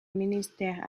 ministère